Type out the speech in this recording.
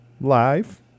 live